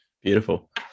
Beautiful